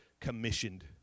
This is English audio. commissioned